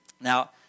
Now